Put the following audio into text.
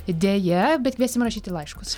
deja bet kviesim rašyti laiškus